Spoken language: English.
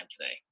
today